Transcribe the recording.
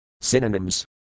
Synonyms